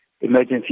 Emergency